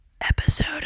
episode